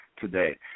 today